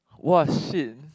!wah shit!